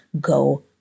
go